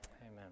Amen